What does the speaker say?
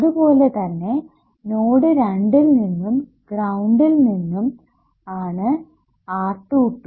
അതുപോലെ തന്നെ നോഡ് രണ്ടിൽ നിന്നും ഗ്രൌണ്ടിൽ നിന്നും ആണ് R22